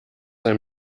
ein